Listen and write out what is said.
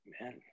Amen